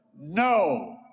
No